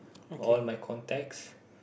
all my contacts